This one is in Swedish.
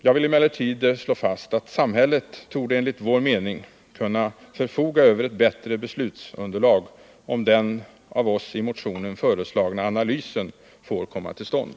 Jag vill emellertid slå fast att samhället enligt vår mening torde kunna förfoga över ett bättre beslutsunderlag, om den av oss i motionen föreslagna analysen får komma till stånd.